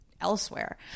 elsewhere